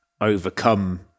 overcome